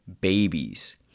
babies